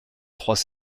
trois